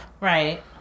right